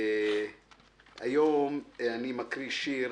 היום אני קורא שיר